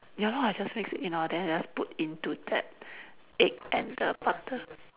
ya lor I just mix it in lor then I just put into that egg and the butter